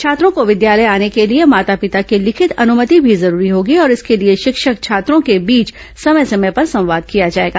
छात्रों को विद्यालय आने के लिए माता पिता की लिखित अनुमति भी जरूरी होगी और इसके लिए शिक्षक छात्रों के बीच समय समय पर संवाद किया जाएगा